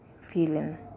feeling